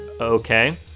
Okay